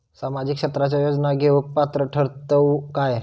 सामाजिक क्षेत्राच्या योजना घेवुक पात्र ठरतव काय?